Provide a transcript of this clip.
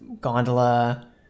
gondola